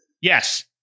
Yes